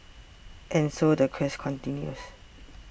and so the quest continues